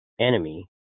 enemy